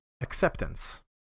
Acceptance